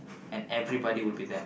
and everybody will be there